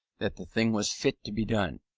that the thing was fit to be done.